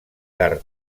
car